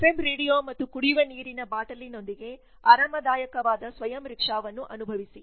FM radio ಮತ್ತು ಕುಡಿಯುವ ನೀರಿನ ಬಾಟಲಿನೊಂದಿಗೆ ಆರಾಮದಾಯಕವಾದ ಸ್ವಯಂ ರಿಕ್ಷಾವನ್ನು ಅನುಭವಿಸಿ